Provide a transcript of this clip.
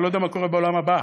אתה לא יודע מה קורה בעולם הבא.